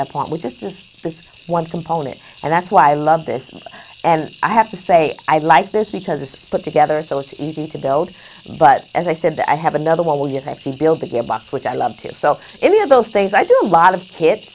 that point which is just one component and that's why i love this and i have to say i like this because it's put together so it's easy to build but as i said i have another one where you have to build the gearbox which i love to sell any of those things i do a lot of kids